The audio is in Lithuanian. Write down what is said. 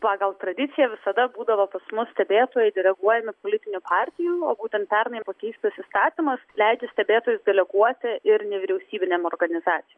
pagal tradiciją visada būdavo pas mus stebėtojai deleguojami politinių partijų o būtent pernai pakeistas įstatymas leidžia stebėtojus deleguoti ir nevyriausybinėm organizacijom